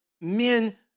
men